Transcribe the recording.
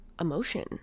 emotion